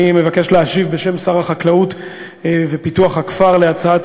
אני מבקש להשיב בשם שר החקלאות ופיתוח הכפר על הצעת